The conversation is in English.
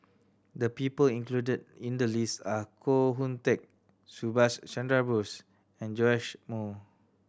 the people included in the list are Koh Hoon Teck Subhas Chandra Bose and Joash Moo